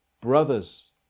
brothers